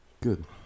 Good